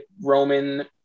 Roman